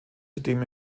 zudem